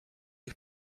ich